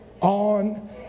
on